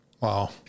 Wow